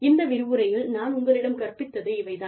இந்த விரிவுரையில் நான் உங்களிடம் கற்பித்தது இவை தான்